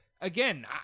again